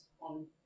on